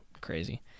crazy